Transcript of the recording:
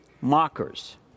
mockers